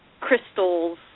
crystals